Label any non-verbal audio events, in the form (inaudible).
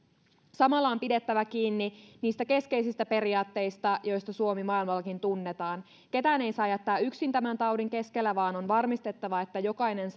samalla on pidettävä kiinni niistä keskeisistä periaatteista joista suomi maailmallakin tunnetaan ketään ei saa jättää yksin tämän taudin keskellä vaan on varmistettava että jokainen (unintelligible)